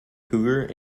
cougar